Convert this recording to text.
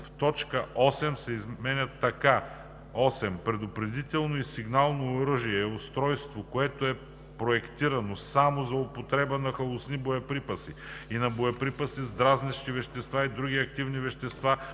2. Точка 8 се изменя така: „8. „Предупредително и сигнално оръжие“ е устройство, което е проектирано само за употреба на халосни боеприпаси, на боеприпаси с дразнещи вещества и други активни вещества